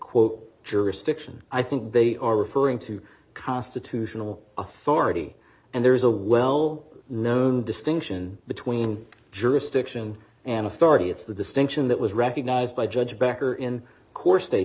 quote jurisdiction i think they are referring to constitutional authority and there is a well known distinction between jurisdiction and authority it's the distinction that was recognized by judge becker in core